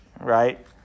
Right